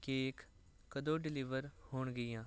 cake ਕਦੋਂ deliver ਹੋਣਗੀਆਂ